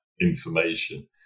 information